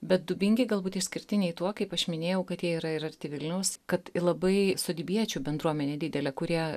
bet dubingiai galbūt išskirtiniai tuo kaip aš minėjau kad jie yra ir arti vilniaus kad labai sidybiečių bendruomenė didelė kurie